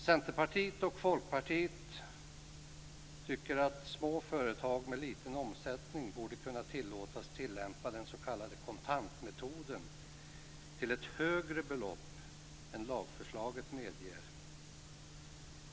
Centerpartiet och Folkpartiet tycker att små företag med liten omsättning borde kunna tillåtas tillämpa den s.k. kontantmetoden till ett högre belopp än det som lagförslaget medger.